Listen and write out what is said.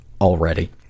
already